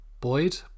Boyd